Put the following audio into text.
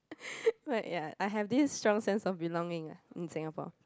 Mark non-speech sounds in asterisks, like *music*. *breath* where ya I have this strong sense of belonging ah in Singapore